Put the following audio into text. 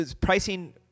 Pricing